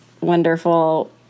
wonderful